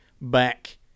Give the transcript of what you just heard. back